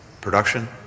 production